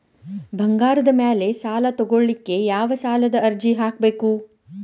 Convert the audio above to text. ಬಂಗಾರದ ಮ್ಯಾಲೆ ಸಾಲಾ ತಗೋಳಿಕ್ಕೆ ಯಾವ ಸಾಲದ ಅರ್ಜಿ ಹಾಕ್ಬೇಕು?